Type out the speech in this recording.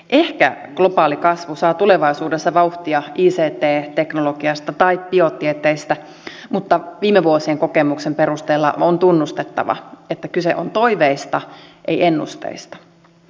ehkä globaali kasvu saa tulevaisuudessa vauhtia ict teknologiasta tai biotieteistä mutta viime vuosien kokemuksen perusteella on tunnustettava että kyse on toiveista ei ennusteista